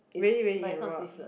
really really can roll up